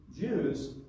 Jews